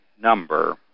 number